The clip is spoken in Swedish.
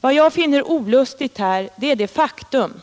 Vad jag finner olustigt här är det faktum